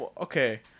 okay